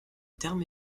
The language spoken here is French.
terme